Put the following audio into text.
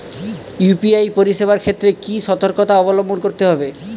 UPI পরিসেবার ক্ষেত্রে কি সতর্কতা অবলম্বন করতে হবে?